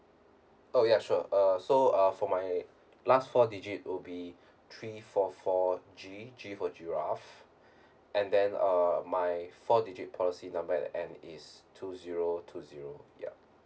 oh ya sure uh so uh for my last four digit will be three four four G G for giraffe and then uh my four digit policy number at the end is two zero two zero yup